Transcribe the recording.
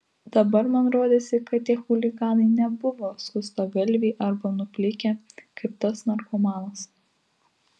dabar man rodėsi kad tie chuliganai nebuvo skustagalviai arba nuplikę kaip tas narkomanas